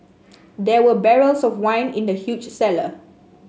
there were barrels of wine in the huge cellar